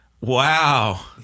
Wow